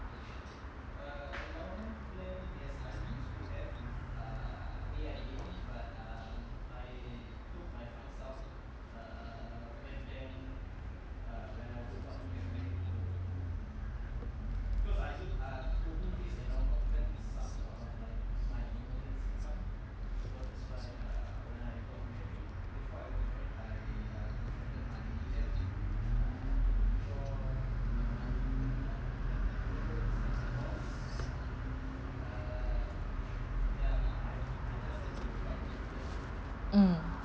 mm